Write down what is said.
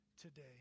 today